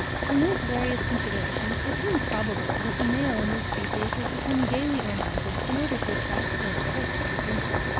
from these various considerations it seems probable that the male in this species has become gaily ornamented in order to attract or excite the female.